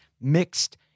mixed